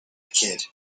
kid